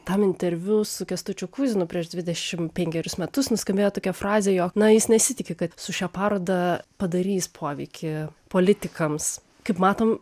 tam interviu su kęstučiu kuizinu prieš dvidešimt penkerius metus nuskambėjo tokia frazė jog na jis nesitiki kad su šia paroda padarys poveikį politikams kaip matom